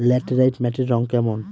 Laterite মাটির রং কেমন?